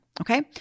Okay